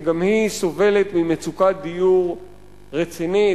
שגם היא במצוקת דיור רצינית,